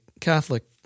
Catholic